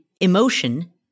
emotion